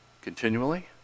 continually